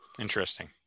Interesting